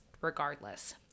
regardless